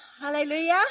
Hallelujah